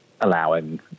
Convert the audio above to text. allowing